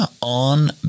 on